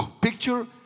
picture